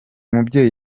mubyeyi